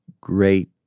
great